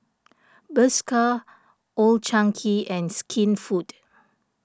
Bershka Old Chang Kee and Skinfood